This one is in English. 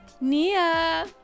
Nia